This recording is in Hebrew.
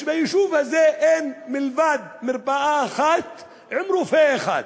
ביישוב הזה יש רק מרפאה אחת עם רופא אחד,